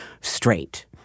straight